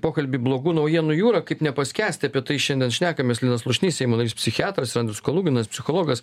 pokalbį blogų naujienų jūra kaip nepaskęsti apie tai šiandien šnekamės linas slušnys seimo narys psichiatras ir andrius koluginas psichologas